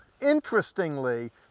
interestingly